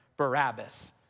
Barabbas